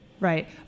Right